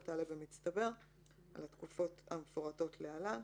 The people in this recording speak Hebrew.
תעלה במצטבר על התקופות המפורטות להלן: